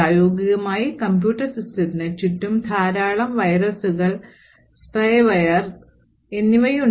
പ്രായോഗികമായി കമ്പ്യൂട്ടർ സിസ്റ്റത്തിന് ചുറ്റും ധാരാളം വൈറസുകൾ സ്പൈവെയർ എന്നിവയുണ്ട്